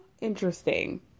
interesting